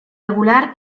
regular